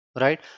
right